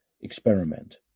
experiment